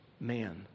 man